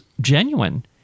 genuine